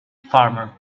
farmer